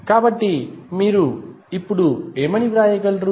కాబట్టి మీరు ఇప్పుడు ఏమని వ్రాయగలరు